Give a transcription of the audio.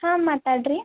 ಹಾಂ ಮಾತಾಡಿ ರೀ